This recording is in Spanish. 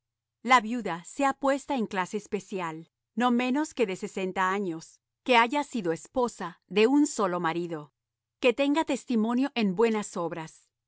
la viuda sea puesta en clase especial no menos que de sesenta años que haya sido esposa de un solo marido que tenga testimonio en buenas obras